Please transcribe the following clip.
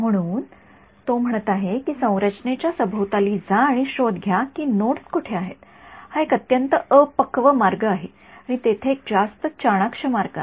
म्हणून तो म्हणत आहे की संरचनेच्या सभोवताली जा आणि शोध घ्या की नोड्स कोठे आहेत हा एक अत्यंत अपक्व मार्ग आहे आणि तेथे एक जास्त चाणाक्ष मार्ग आहे